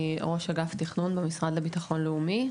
אני ראש אגף תכנון במשרד לביטחון לאומי.